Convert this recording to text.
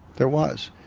there was.